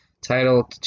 Title